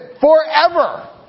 forever